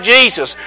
Jesus